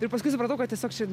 ir paskui supratau kad tiesiog čia